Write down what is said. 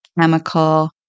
chemical